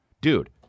Dude